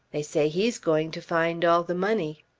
they say he's going to find all the money.